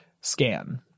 scan